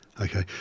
Okay